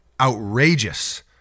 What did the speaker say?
outrageous